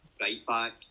right-back